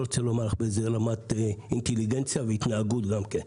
רוצה להגיד לך באיזו רמת אינטליגנציה והתנהגות גם כן.